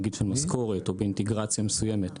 נגיד של משכורת או באינטגרציה מסוימת,